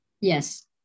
Yes